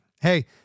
hey